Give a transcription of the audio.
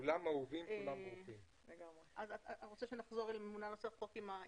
את רוצה שנחזור לנוסח הממונה על ה"כמפורט"?